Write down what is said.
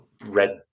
red